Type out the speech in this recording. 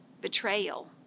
betrayal